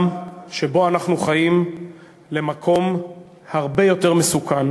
שבו אנחנו חיים למקום הרבה יותר מסוכן,